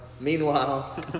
Meanwhile